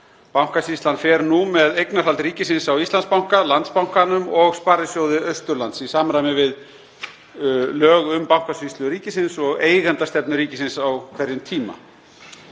Bankasýslan fer nú með eignarhald ríkisins á Íslandsbanka, Landsbankanum og Sparisjóði Austurlands í samræmi við lög um Bankasýslu ríkisins og eigendastefnu ríkisins á hverjum tíma.